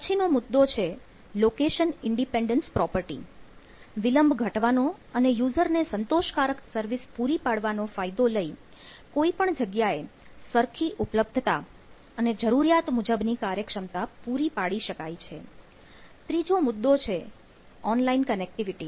પછીનો મુદ્દો છે લોકેશન ઇન્ડિપેન્ડન્સ પ્રોપર્ટી